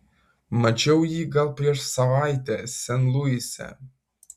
mačiau jį gal prieš savaitę sen luise